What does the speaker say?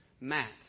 Matt